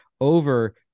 over